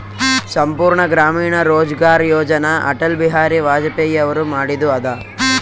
ಸಂಪೂರ್ಣ ಗ್ರಾಮೀಣ ರೋಜ್ಗಾರ್ ಯೋಜನ ಅಟಲ್ ಬಿಹಾರಿ ವಾಜಪೇಯಿ ಅವರು ಮಾಡಿದು ಅದ